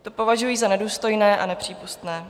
To považuji za nedůstojné a nepřípustné.